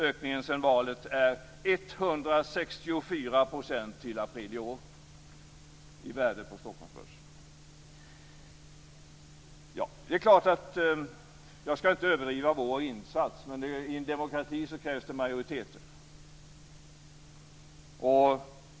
Ökningen sedan valet är 164 % till i april i år i värde på Stockholmsbörsen. Jag skall inte överdriva vår insats, men i en demokrati krävs det majoriteter.